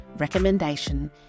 recommendation